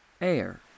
Air